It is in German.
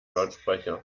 lautsprecher